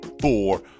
four